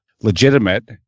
legitimate